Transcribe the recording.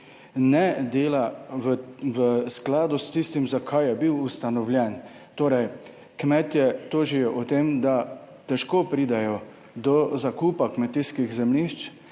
ne dela v skladu s tistim, za kar je bil ustanovljen. Kmetje tožijo o tem, da težko pridejo do zakupa kmetijskih zemljišč